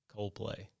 Coldplay